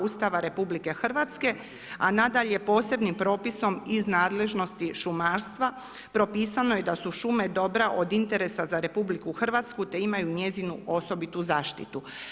Ustava RH a nadalje posebnim propisom iz nadležnosti šumarstva propisano je da su šume dobra od interesa za RH, te imaju njezinu osobitu zaštitu.